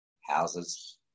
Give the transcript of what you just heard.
houses